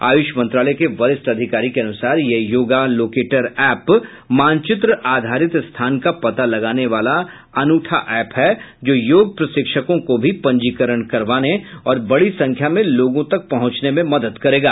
आयुष मंत्रालय के वरिष्ठ अधिकारी के अनुसार यह योगा लोकेटर ऐप मानचित्र आधारित स्थान का पता लगाने वाला अनूठा ऐप है जो योग प्रशिक्षकों को भी पंजीकरण करवाने और बड़ी संख्या में लोगों तक पहुंचने में मदद करेगा